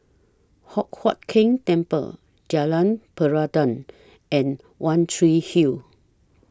Hock Huat Keng Temple Jalan Peradun and one Tree Hill